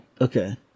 okay